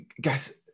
guys